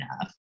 enough